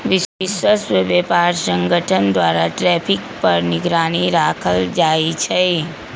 विश्व व्यापार संगठन द्वारा टैरिफ पर निगरानी राखल जाइ छै